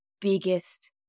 biggest